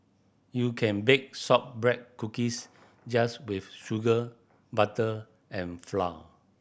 you can bake shortbread cookies just with sugar butter and flour